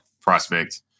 prospect